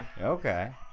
Okay